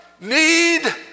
need